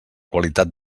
qualitat